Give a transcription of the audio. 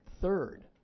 third